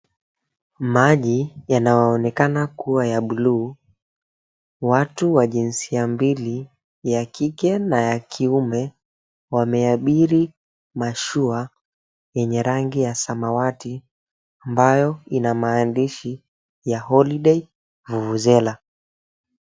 Maji yanayoonekana kuwa ya bluu, watu wajinsia mbili ya kike na ya kiume wameabiri mashua yenye rangi ya samawati ambayo ina maandishi ya, [𝑐𝑠]𝐻𝑜𝑙𝑖𝑑𝑎𝑦[𝑐𝑠], Vuvuzela.